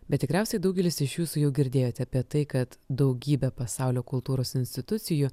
bet tikriausiai daugelis iš jūsų jau girdėjot apie tai kad daugybė pasaulio kultūros institucijų